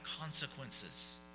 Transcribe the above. consequences